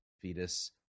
fetus